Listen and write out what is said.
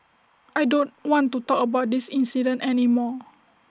I don't want to talk about this incident any more